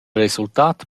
resultat